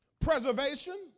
preservation